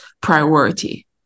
priority